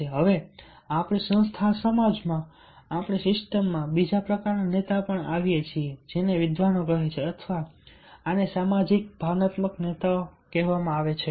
હવે આપણી સંસ્થાઓ સમાજમાં આપણી સિસ્ટમમાં બીજા પ્રકારના નેતા પર આવીએ છીએ જેને વિદ્વાનો કહે છે અથવા આને સામાજિક ભાવનાત્મક નેતાઓ કહેવામાં આવે છે